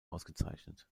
ausgezeichnet